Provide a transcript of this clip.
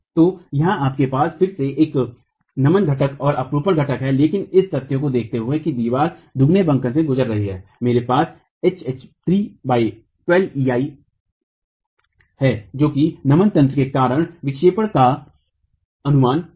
तो यहां आपके पास फिर से एक नमन घटक और अपरूपण घटक है लेकिन इस तथ्य को देखते हुए कि दीवार दुगने बंकन से गुजर रही है मेरे पास Hh3 12EI है जो कि नमन तंत्र के कारण विक्षेपण का अनुमान होगा